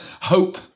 hope